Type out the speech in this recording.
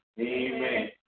amen